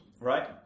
Right